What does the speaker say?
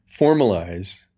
formalize